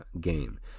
game